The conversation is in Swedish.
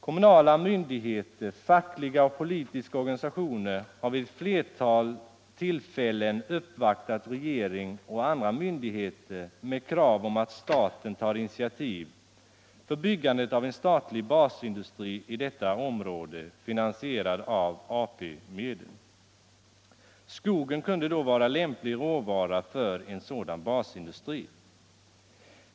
Kommunala instanser samt fackliga och politiska organisationer har vid ett flertal olika villfällen uppvaktat regeringen och andra myndigheter med krav om ati staten tar initiativ till byggandet av on statlig basindustri i detta område finansierad av AP-medel. Skogen kunde då vara lämplig råvara för en sådan basindustri.